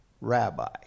Rabbi